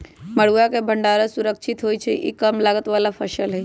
मरुआ के भण्डार सुरक्षित होइ छइ इ कम लागत बला फ़सल हइ